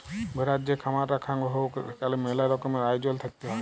ভেড়ার যে খামার রাখাঙ হউক সেখালে মেলা রকমের আয়জল থাকত হ্যয়